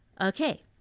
Okay